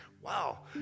wow